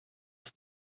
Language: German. ist